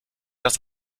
das